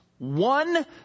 One